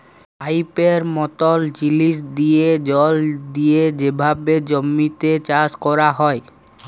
পাইপের মতল জিলিস দিঁয়ে জল দিঁয়ে যেভাবে জমিতে চাষ ক্যরা হ্যয়